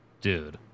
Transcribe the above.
Dude